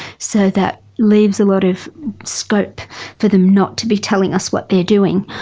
so that leaves a lot of scope for them not to be telling us what they are doing,